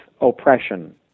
oppression